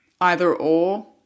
either-or